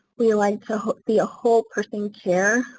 we like to be a whole person care.